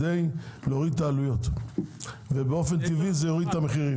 להוריד את העלויות ובאופן טבעי זה יוריד את המחירים.